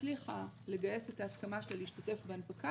הצליחה לגייס את ההסכמה שלה להשתתף בהנפקה